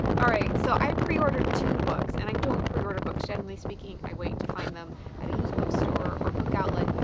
alright, so i pre-ordered two books, and i don't pre-order books generally speaking. i wait to find them at a used bookstores or or book outlet,